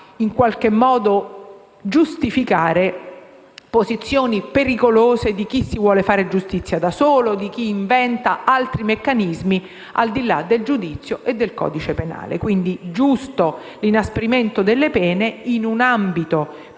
in qualche modo posizioni pericolose di chi si vuole fare giustizia da solo o di chi inventa altri meccanismi al di là del giudizio e del codice penale. Quindi è giusto l'inasprimento delle pene, in un ambito più